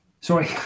sorry